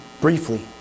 briefly